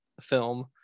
film